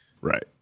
right